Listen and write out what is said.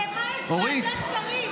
למה יש ועדת שרים?